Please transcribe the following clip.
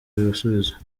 ibisubizo